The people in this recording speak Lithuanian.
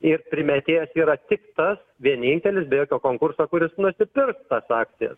ir primetėjas yra tik tas vienintelis be jokio konkurso kuris nusipirks tas akcijas